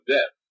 Death